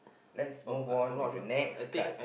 lets move on with a next card